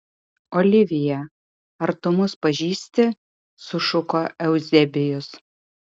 olivija ar tu mus pažįsti sušuko euzebijus